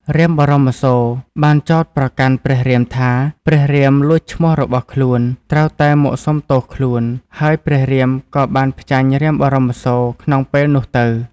រាមបរសូរ បានចោទប្រកាន់ព្រះរាមថា ព្រះរាមលួចឈ្មោះរបស់ខ្លួន ត្រូវតែមកសុំទោសខ្លួន ហើយព្រះរាមក៏បានផ្ចាញ់រាមបរមសូរក្នុងពេលនោះទៅ។